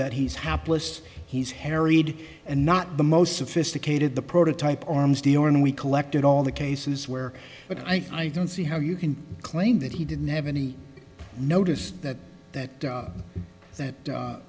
that he's hapless he's harried and not the most sophisticated the prototype arms dealer and we collected all the cases where but i don't see how you can claim that he didn't have any notice that that that